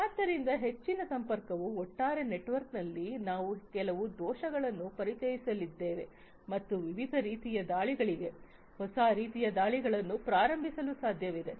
ಆದ್ದರಿಂದ ಹೆಚ್ಚಿನ ಸಂಪರ್ಕವು ಒಟ್ಟಾರೆ ನೆಟ್ವರ್ಕ್ನಲ್ಲಿ ನಾವು ಕೆಲವು ದೋಷಗಳನ್ನು ಪರಿಚಯಿಸಲಿದ್ದೇವೆ ಮತ್ತು ವಿವಿಧ ರೀತಿಯ ದಾಳಿಗಳಿಗೆ ಹೊಸ ರೀತಿಯ ದಾಳಿಗಳನ್ನು ಪ್ರಾರಂಭಿಸಲು ಸಾಧ್ಯವಿದೆ